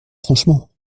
franchement